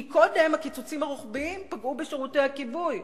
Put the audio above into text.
כי קודם הקיצוצים הרוחביים פגעו בשירותי הכיבוי,